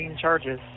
charges